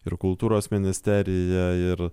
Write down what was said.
ir kultūros ministerija ir